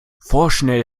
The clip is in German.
vorschnell